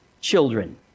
children